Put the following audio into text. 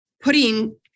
putting